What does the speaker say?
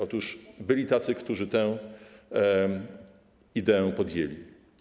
Otóż byli tacy, którzy tę ideę podjęli.